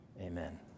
amen